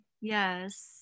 yes